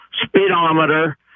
speedometer